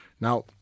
now